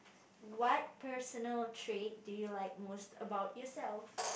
what personal trait do you like most about yourself